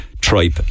tripe